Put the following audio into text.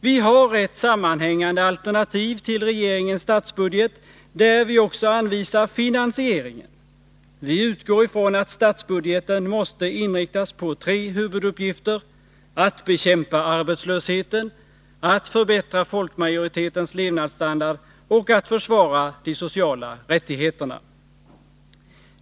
Vi har ett sammanhängande alternativ till regeringens statsbudget, där vi också anvisar finansieringen. Vi utgår från att statsbudgeten måste inriktas på tre huvuduppgifter: att bekämpa arbetslösheten, att förbättra folkmajoritetens levnadsstandard och att försvara de sociala rättigheterna.